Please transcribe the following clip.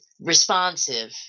responsive